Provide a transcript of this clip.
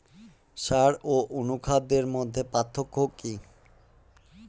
সার ও অনুখাদ্যের মধ্যে পার্থক্য কি?